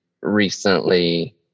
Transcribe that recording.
recently